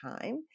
time